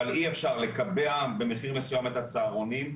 אבל אי אפשר לקבע במחיר מסוים את הצהרונים,